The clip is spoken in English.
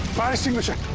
fire extinguisher!